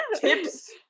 tips